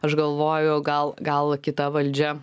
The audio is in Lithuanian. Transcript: aš galvoju gal gal kita valdžia